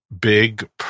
big